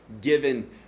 given